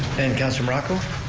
and councilor morocco.